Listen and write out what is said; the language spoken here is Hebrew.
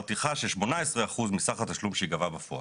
טרחה של 18% מסך התשלום שייגבה בפועל".